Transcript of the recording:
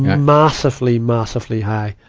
massively, massively high.